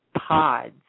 pods